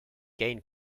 gain